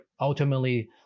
ultimately